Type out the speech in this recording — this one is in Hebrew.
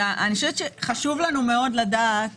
חשוב לנו מאוד לדעת